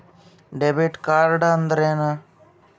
Debit ಕಾರ್ಡ್ಅಂದರೇನು?